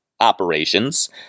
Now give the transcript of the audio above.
Operations